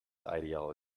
ideology